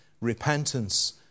repentance